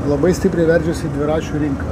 labai stipriai veržiasi dviračių rinka